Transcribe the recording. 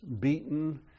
beaten